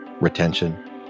Retention